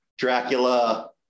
Dracula